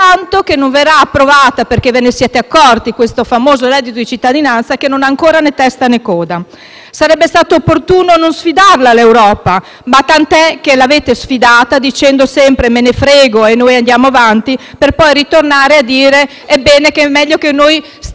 fintanto che non verrà approvata. Questo perché vi siete accorti che questo famoso reddito di cittadinanza non ha ancora né testa né coda. Sarebbe stato opportuno non sfidarla l'Europa. Ma tant'è, voi l'avete sfidata dicendo sempre: "Me ne frego" e "Noi andiamo avanti", per poi ritornare a dire che è meglio che stiamo